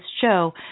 show